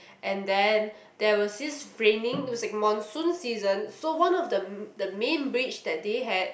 and then there was this raining it was like monsoon season so one of the the main bridge that they had